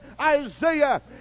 Isaiah